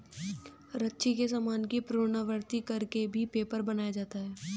रद्दी के सामान की पुनरावृति कर के भी पेपर बनाया जाता है